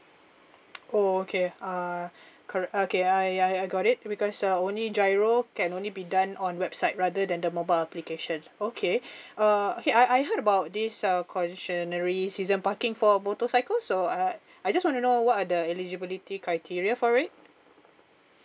oh okay uh correct okay I I I got it because uh only giro can only be done on website rather than the mobile application okay uh okay I I heard about this err concessionary season parking for motorcycle so uh I just wanna know what are the eligibility criteria for it